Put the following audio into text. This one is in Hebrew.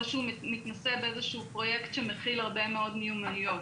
או שהוא מתנסה באיזשהו פרויקט שמתחיל הרבה מאוד מיומנויות.